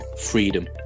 freedom